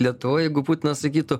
lietuvoj jeigu putinas sakytų